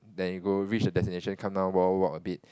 then you go reach the destination come down walk walk walk a bit